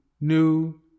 new